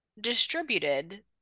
distributed